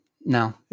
No